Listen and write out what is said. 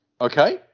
okay